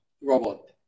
robot